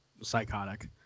psychotic